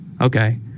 okay